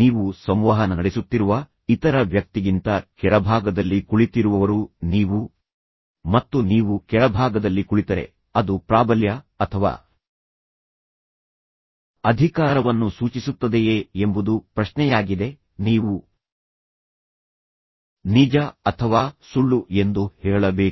ನೀವು ಸಂವಹನ ನಡೆಸುತ್ತಿರುವ ಇತರ ವ್ಯಕ್ತಿಗಿಂತ ಕೆಳಭಾಗದಲ್ಲಿ ಕುಳಿತಿರುವವರು ನೀವು ಮತ್ತು ನೀವು ಕೆಳಭಾಗದಲ್ಲಿ ಕುಳಿತರೆ ಅದು ಪ್ರಾಬಲ್ಯ ಅಥವಾ ಅಧಿಕಾರವನ್ನು ಸೂಚಿಸುತ್ತದೆಯೇ ಎಂಬುದು ಪ್ರಶ್ನೆಯಾಗಿದೆ ನೀವು ನಿಜ ಅಥವಾ ಸುಳ್ಳು ಎಂದು ಹೇಳಬೇಕು